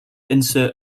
insert